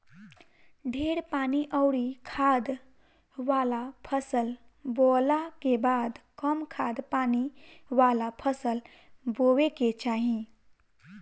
ढेर पानी अउरी खाद वाला फसल बोअला के बाद कम खाद पानी वाला फसल बोए के चाही